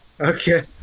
Okay